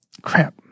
Crap